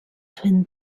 twin